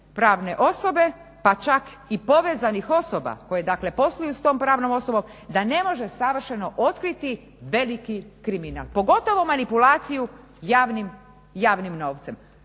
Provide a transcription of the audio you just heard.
pravne osobe pa čak i povezanih osoba koje dakle posluju s tom pravnom osobom, da ne može savršeno otkriti veliki kriminal, pogotovo manipulaciju javnim novcem.